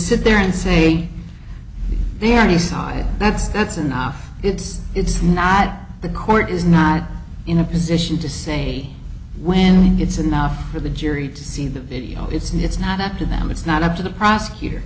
sit there and say they are the side that's that's enough it's it's not the court is not in a position to say when it's enough for the jury to see the video it's not it's not up to them it's not up to the prosecutor